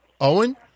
Owen